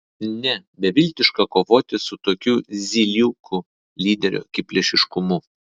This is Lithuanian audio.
ne beviltiška kovoti su tokiu zyliukų lyderio akiplėšiškumu